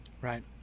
Right